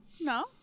No